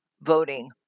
voting